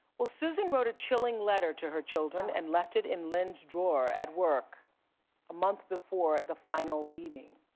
well, susan wrote a chilling letter to her children and left it in lynne's drawer at work a month before the final beating.